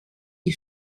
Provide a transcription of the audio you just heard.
die